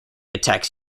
attacks